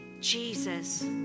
Jesus